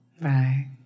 Right